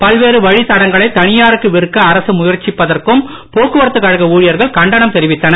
பல்வேறு வழித்தடங்களை தனியாருக்கு விற்க அரசு முயற்சிப்பதற்கும் போக்குவரத்து கழக ஊழியர்கள் கண்டனம் தெரிவித்தனர்